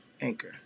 Anchor